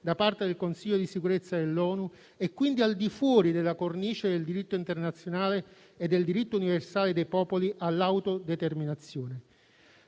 da parte del Consiglio di sicurezza dell'ONU e quindi al di fuori della cornice del diritto internazionale e del diritto universale dei popoli all'autodeterminazione.